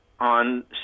on